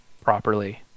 properly